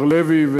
מר לוי,